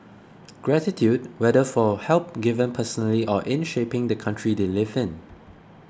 gratitude whether for help given personally or in shaping the country they live in